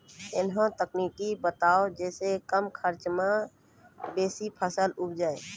ऐहन तकनीक बताऊ जै सऽ कम खर्च मे बेसी फसल उपजे?